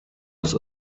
was